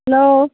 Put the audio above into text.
hello